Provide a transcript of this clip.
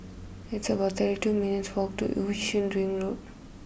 it's about thirty two minutes' walk to Yishun Ring Road